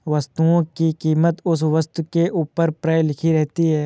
वस्तुओं की कीमत उस वस्तु के ऊपर प्रायः लिखी रहती है